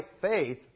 faith